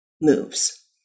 moves